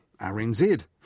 RNZ